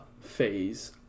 phase